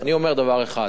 אני אומר דבר אחד,